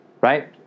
Right